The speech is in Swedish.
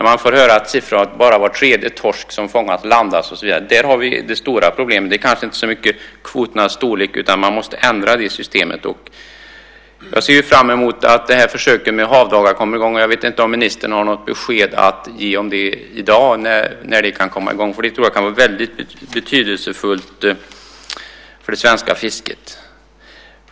Man får höra att bara var tredje torsk som fångas landas och så vidare. Där har vi det stora problemet. Det handlar kanske inte så mycket om kvoternas storlek, utan man måste ändra det systemet. Jag ser fram emot att det här försöket med havdagar kommer i gång. Jag undrar om ministern har något besked att ge i dag om när det kan komma i gång. Det tror jag kan vara väldigt betydelsefullt för det svenska fisket.